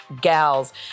gals